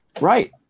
right